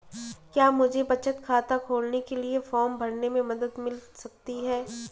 क्या मुझे बचत खाता खोलने के लिए फॉर्म भरने में मदद मिल सकती है?